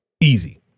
easy